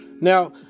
Now